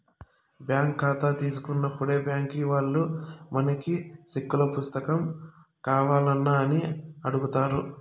bank కాతా తీసుకున్నప్పుడే బ్యాంకీ వాల్లు మనకి సెక్కుల పుస్తకం కావాల్నా అని అడుగుతారు